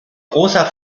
großer